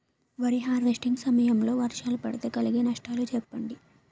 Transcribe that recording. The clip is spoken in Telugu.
వరి హార్వెస్టింగ్ సమయం లో వర్షాలు పడితే కలిగే నష్టాలు చెప్పండి?